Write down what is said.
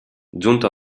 giunto